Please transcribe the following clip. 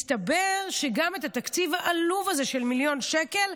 מסתבר שגם את התקציב העלוב הזה, של מיליון שקל,